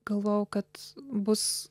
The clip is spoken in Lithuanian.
galvojau kad bus